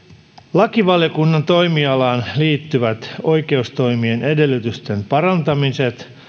lakivaliokunnan toimialaan liittyvät oikeustoimien edellytysten parantamiset